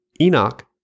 Enoch